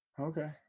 okay